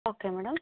okay madam